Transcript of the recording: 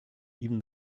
even